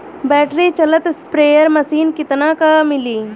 Battery चलत sprayer machine कितना क मिली?